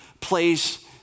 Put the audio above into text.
place